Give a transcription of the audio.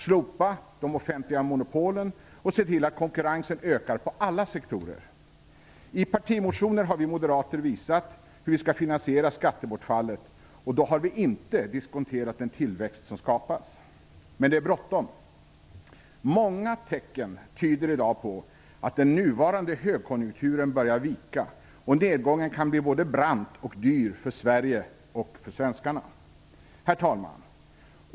Slopa de offentliga monopolen, och se till att konkurrensen ökar inom alla sektorer. I partimotioner har vi moderater visat hur vi skall finansiera skattebortfallet, och då har vi inte diskonterat den tillväxt som skapas. Men det är bråttom. Många tecken tyder i dag på att den nuvarande högkonjunkturen börjar vika, och nedgången och kan bli både brant och dyr för Sverige och svenskarna. Herr talman!